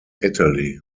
italy